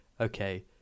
okay